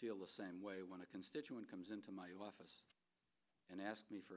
feel the same way want to constituent comes into my office and asked me for